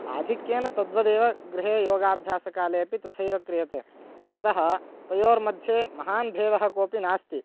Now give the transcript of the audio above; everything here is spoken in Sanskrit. आधिक्येन तद्वदेव गृहे योगाभ्यासकाले अपि तथैव क्रियते अतः तयोर्मध्ये महान् भेदः कोऽपि नास्ति